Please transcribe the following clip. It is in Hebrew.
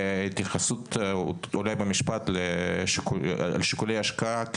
התייחסות במשפט לשיקולי ההשקעה כי